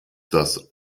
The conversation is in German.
das